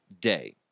day